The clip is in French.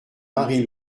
marie